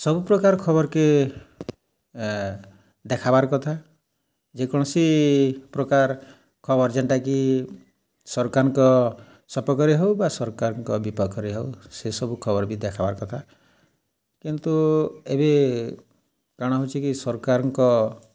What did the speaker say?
ସବୁ ପ୍ରକାର୍ ଖବର୍କେ ଦେଖାବାର୍ କଥା ଯେକୌଣସି ପ୍ରକାର୍ ଖବର୍ ଯେନ୍ଟାକି ସର୍କାର୍ଙ୍କ ସପକ୍ଷରେ ହଉ ବା ସର୍କାର୍ଙ୍କ ବିପକ୍ଷରେ ହଉ ସେସବୁ ଖବର୍ ବି ଦେଖାବାର୍ କଥା କିନ୍ତୁ ଏବେ କାଣା ହଉଛେ କି ସର୍କାର୍ଙ୍କ